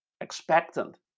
expectant